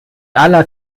aller